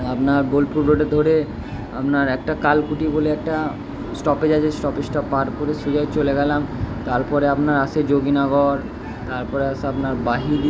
আপনার বোলপুর রোডে ধরে আপনার একটা কালকুটি বলে একটা স্টপেজ আছে স্টপেজটা পার করে সোজা চলে গেলাম তারপরে আপনার আসে যোগীনগর তারপরে আসে আপনার বাহিরি